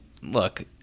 look